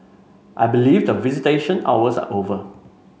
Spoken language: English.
I believe the visitation hours are over